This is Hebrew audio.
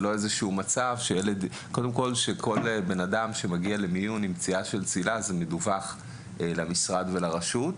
כל מקרה שמגיע למיון עם פציעה מצלילה מדווח למשרד ולרשות.